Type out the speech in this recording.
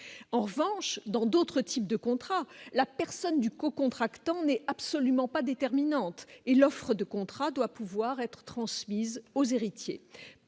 en revanche, dans d'autres types de contrats, la personne du co-contractants n'est absolument pas déterminante et l'offre de contrat doit pouvoir être transmise aux héritiers